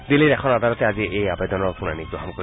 দিল্লীৰ এখন আদালতে আজি এই আবেদনৰ শুনানি গ্ৰহণ কৰিব